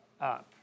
up